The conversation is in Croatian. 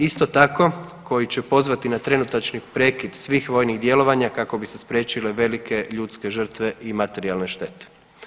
Isto tako koji će pozvati na trenutačni prekid svih vojnih djelovanja kako bi se spriječile velike ljudske žrtve i materijalne štete.